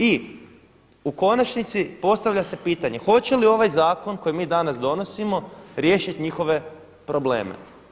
I u konačnici postavlja se pitanje, hoće li ovaj zakon koji mi danas donosimo riješiti njihove probleme?